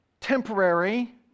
temporary